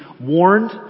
warned